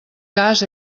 cas